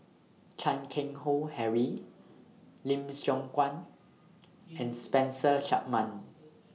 Chan Keng Howe Harry Lim Siong Guan and Spencer Chapman